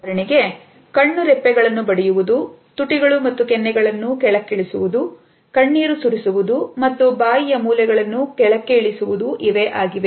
ಉದಾಹರಣೆಗೆ ಕಣ್ಣು ರೆಪ್ಪೆಗಳನ್ನು ಬಡಿಯುವುದು ತುಟಿಗಳು ಮತ್ತು ಕೆನ್ನೆಯನ್ನು ಕೆಳಕ್ಕಿಳಿಸುವುದೂ ಕಣ್ಣೀರು ಸುರಿಸುವುದು ಮತ್ತು ಬಾಯಿಯ ಮೂಲೆಗಳು ಕೆಳಕ್ಕೆ ಇಳಿಯುವುದು ಇವೇ ಆಗಿವೆ